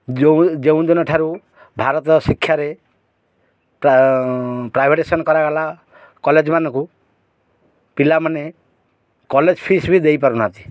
ଯେଉଁ ଦିନ ଠାରୁ ଭାରତ ଶିକ୍ଷାରେ ପ୍ରାଇଭେଟସନ୍ କରାଗଲା କଲେଜ୍ ମାନଙ୍କୁ ପିଲାମାନେ କଲେଜ୍ ଫିସ୍ ବି ଦେଇପାରୁ ନାହାନ୍ତି